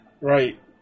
right